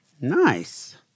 Nice